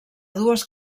dues